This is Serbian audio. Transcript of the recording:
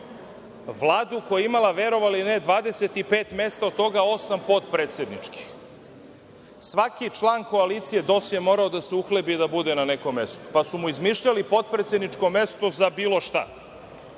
Vladu koja je imala, verovali ili ne, 25 mesta, od toga osam potpredsedničkih. Svaki član koalicije DOS je morao da se uhlebi i da bude na nekom mestu, pa su izmišljali potpredsedničko mesto za bilo šta,